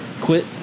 Quit